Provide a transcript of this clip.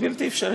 יותר טוב?